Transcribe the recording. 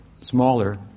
smaller